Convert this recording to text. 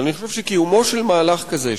אבל אני חושב שקיומו של מהלך כזה,